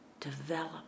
Develop